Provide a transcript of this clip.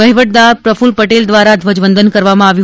વહીવદાર પ્રક્લલ પટેલ દ્વારા ધ્વજવંદન કરવામાં આવ્યું